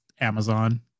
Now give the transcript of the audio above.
amazon